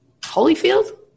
Holyfield